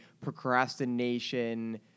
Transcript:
procrastination